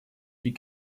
die